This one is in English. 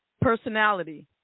Personality